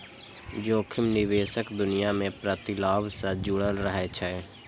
जोखिम निवेशक दुनिया मे प्रतिलाभ सं जुड़ल रहै छै